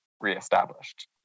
reestablished